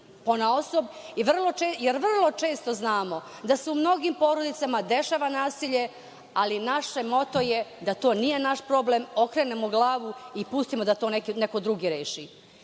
jer vrlo često znamo da se u mnogim porodicama dešava nasilje, ali naše moto je da to nije naš problem, okrenemo glavu i pustimo da to neko drugi reši.